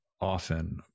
often